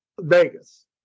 Vegas